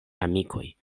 amikoj